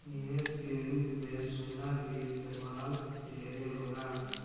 निवेश के रूप में सोना के इस्तमाल ढेरे होला